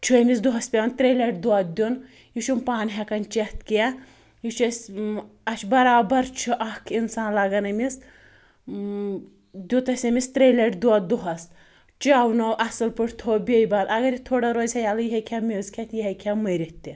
چھُ أمِس دۄہَس پیٚوان ترٛیٚیہِ لَٹہِ دۄدھ دیُن یہِ چھُنہٕ پانہٕ ہیٚکان چیٚتھ کیٚنٛہہ یہِ چھُ اسہِ اسہِ چھُ بَرابَر چھُ اَکھ اِنسان لَگَان أمِس دیُت اسہِ أمِس ترٛیٚیہِ لَٹہِ دۄدھ دۄہَس چاونوٗو اصٕل پٲٹھۍ تھوٚو بیٚیہِ بَنٛد اگر یہِ تھوڑا روزِ ہا یَلہٕ یہِ ہیٚکہِ ہا میٚژ کھیٚتھ یہِ ہیٚکہِ ہا مٔرِتھ تہِ